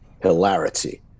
hilarity